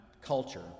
culture